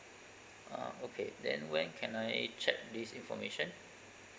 ah okay then when can I check this information